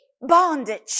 bondage